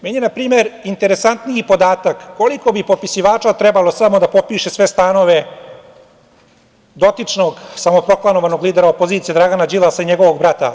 Meni je na primer interesantniji podatak koliko bi popisivača trebalo samo da popiše sve stanove dotičnog samoproklamovanog lidera opozicije Dragana Đilasa i njegovog brata?